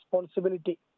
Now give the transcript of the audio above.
responsibility